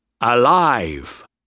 Alive